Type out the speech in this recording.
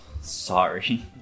Sorry